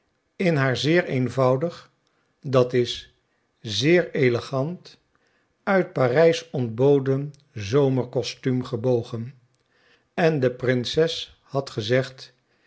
in haar zeer eenvoudig dat is zeer elegant uit parijs ontboden zomercostuum gebogen en de prinses had gezegd